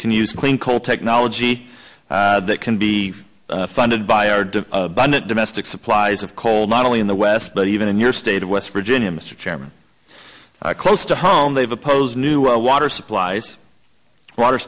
can use clean coal technology that can be funded by our domestic supplies of coal not only in the west but even in your state of west virginia mr chairman close to home they've opposed new water supplies water